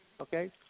okay